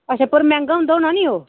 अच्छा पर मैंह्गा होंदा होना निं ओह्